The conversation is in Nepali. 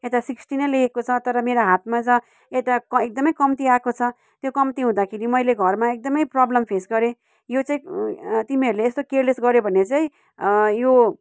यता सिक्स्टी नै लेखेको छ तर मेरो हातमा त यता एकदमै कम्ती आएको छ त्यो कम्ती हुँदाखेरि मैले घरमा एकदमै प्रब्लम फेस गरेँ यो चाहिँ तिमीहरूले यस्तो कियरलेस गर्यो भने चाहिँ यो